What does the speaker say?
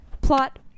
plot